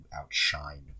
outshine